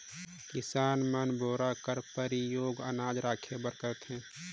किसान मन बोरा कर परियोग अनाज राखे बर करथे